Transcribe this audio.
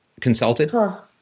consulted